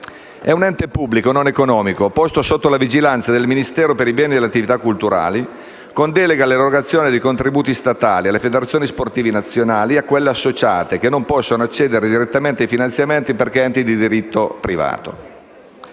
È un ente pubblico non economico, posto sotto la vigilanza del Ministero per i beni e le attività culturali, con delega all'erogazione di contributi statali alle federazioni sportive nazionali e a quelle associate, che non possono accedere direttamente ai finanziamenti perché enti di diritto privato.